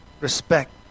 respect